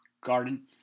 Garden